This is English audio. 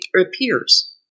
appears